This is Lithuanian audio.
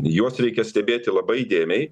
juos reikia stebėti labai įdėmiai